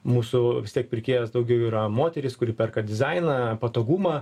mūsų vis tiek pirkėjos daugiau yra moterys kuri perka dizainą patogumą